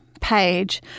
page